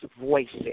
voices